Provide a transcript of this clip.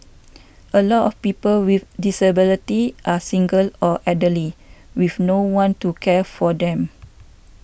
a lot of people with disabilities are single or elderly with no one to care for them